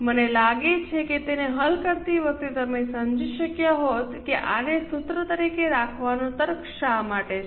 મને લાગે છે કે તેને હલ કરતી વખતે તમે સમજી શક્યા હોત કે આને સૂત્ર તરીકે રાખવાનો તર્ક શા માટે છે